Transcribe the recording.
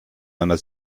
einer